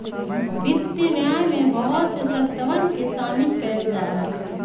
वित्तीय न्याय में बहुत से शर्तवन के शामिल कइल जाहई